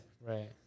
Right